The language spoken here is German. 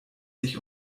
sich